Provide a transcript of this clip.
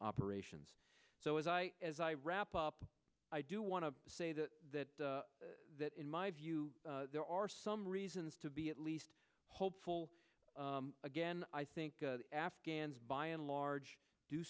operations so as i as i wrap up i do want to say that that that in my view there are some reasons to be at least hopeful again i think afghans by and large do